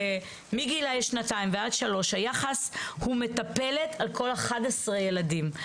מגילאי שנתיים ועד שלוש היחס הוא מטפלת על כל 11 ילדים.